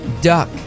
duck